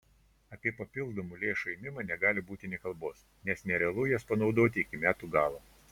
apie papildomų lėšų ėmimą negali būti nė kalbos nes nerealu jas panaudoti iki metų galo